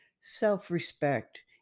self-respect